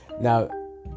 Now